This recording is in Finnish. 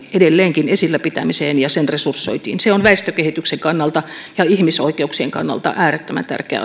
edelleenkin esillä pitämiseen ja sen resursointiin se on väestökehityksen ja ihmisoikeuksien kannalta äärettömän tärkeä